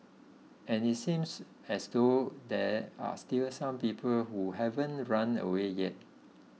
and it seems as though there are still some people who haven't run away yet